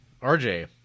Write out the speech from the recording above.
RJ